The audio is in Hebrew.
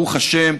ברוך השם,